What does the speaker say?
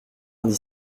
vingt